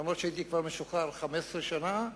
אף שהייתי משוחרר כבר 15 שנה,